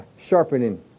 sharpening